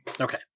Okay